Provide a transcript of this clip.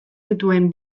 dituen